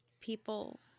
people